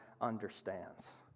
understands